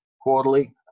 quarterly